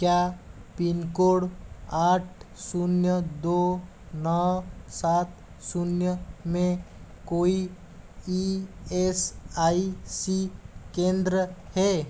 क्या pin code आठ शून्य दो नौ सात शून्य में कोई ई एस आई सी केंद्र हैं